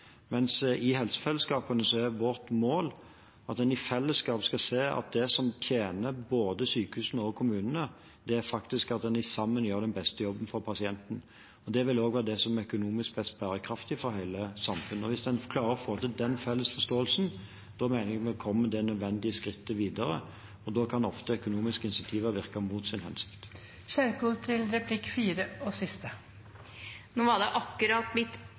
mens det i helsefellesskapene er vårt mål at en i fellesskap skal se at det som tjener både sykehusene og kommunene, faktisk er at en sammen gjør den beste jobben for pasienten. Det vil også være det som er økonomisk mest bærekraftig for hele samfunnet. Hvis en klarer å få til den felles forståelsen, mener jeg vi kommer det nødvendige skrittet videre, og da kan ofte økonomiske insentiver virke mot sin hensikt. Nå var det akkurat mitt poeng at man ikke skulle gå videre med prosjektfinansiering, men sikre en økonomi som gjør det